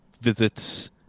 visits